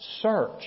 search